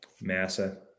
massa